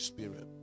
Spirit